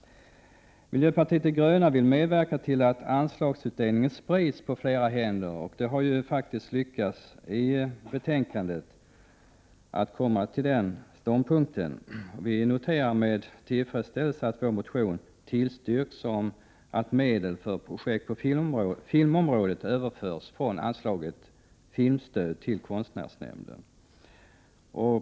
Miljöpartiet de gröna vill medverka till att anslagsutdelningen sprids på flera händer. Man har faktiskt lyckats komma till den ståndpunkten i detta betänkande. Vi noterar med tillfredsställelse att vår motion tillstyrkts och att medel för projekt på filmområdet överförs från anslaget Filmstöd till konstnärsnämnden.